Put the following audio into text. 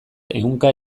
ehunka